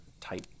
type